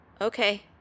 Okay